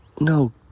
No